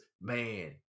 man